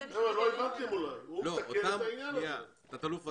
תת-אלוף ודמני,